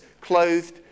clothed